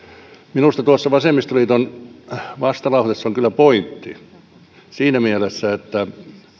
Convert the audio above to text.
minusta tuossa vasemmistoliiton vastalauseessa on kyllä pointti siinä mielessä että